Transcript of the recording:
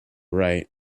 right